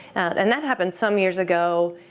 and that happened some years ago.